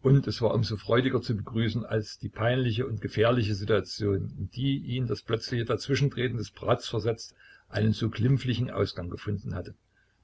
und es war um so freudiger zu begrüßen als die peinliche und gefährliche situation in die ihn das plötzliche dazwischentreten des bratz versetzt einen so glimpflichen ausgang gefunden hatte